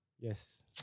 Yes